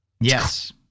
Yes